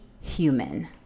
Human